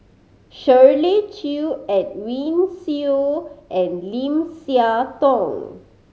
Shirley Chew Edwin Siew and Lim Siah Tong